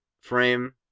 frame